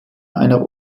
einer